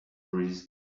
reason